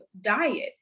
diet